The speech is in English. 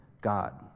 God